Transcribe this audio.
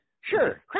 Sure